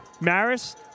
Maris